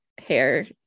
Hair